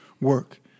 work